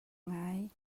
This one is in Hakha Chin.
ngai